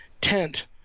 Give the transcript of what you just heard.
tent